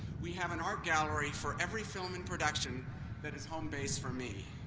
we have an art gallery for every film in production that is home base for me.